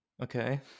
Okay